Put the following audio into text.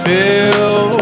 Feel